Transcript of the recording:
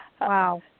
Wow